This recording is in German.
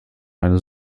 eine